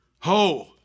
Ho